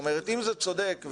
אם זה צודק,